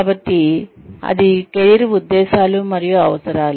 కాబట్టి అది కెరీర్ ఉద్దేశ్యాలు మరియు అవసరాలు